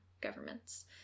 governments